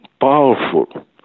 powerful